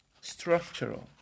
structural